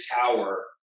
tower